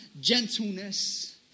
gentleness